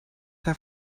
have